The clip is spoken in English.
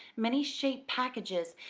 many-shaped packages,